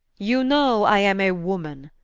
you know i am a woman,